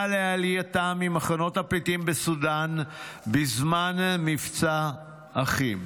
לעלייתם ממחנות הפליטים בסודן בזמן מבצע אחים.